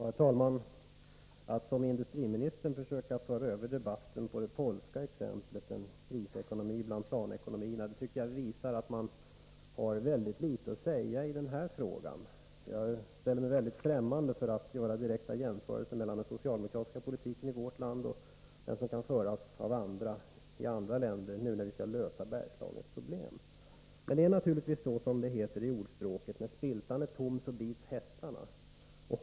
Herr talman! Att, som industriministern gör, försöka föra över debatten till att gälla det polska exemplet — en krisekonomi bland planekonomierna — visar att man har mycket litet att säga i den här frågan. Jag ställer mig främmande till att göra direkta jämförelser mellan den socialdemokratiska politiken i vårt land och den som kan föras i andra länder, när vi nu skall lösa Bergslagens problem. Men det är naturligtvis så som det heter i ordspråket: När spiltan är tom bits hästarna.